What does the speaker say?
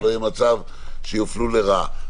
שלא יהיה מצב שיופלו לרעה.